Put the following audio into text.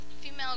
Female